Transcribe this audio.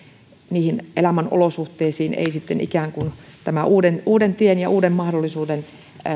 niihin elämän olosuhteisiin ei sitten tämä uuden uuden tien ja uuden mahdollisuuden